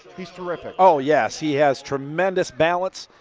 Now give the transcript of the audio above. he's terrific. oh yes, he has tremendous balance,